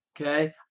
okay